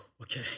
Okay